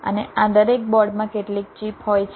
અને આ દરેક બોર્ડમાં કેટલીક ચિપ હોય છે